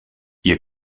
ihr